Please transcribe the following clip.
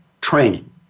training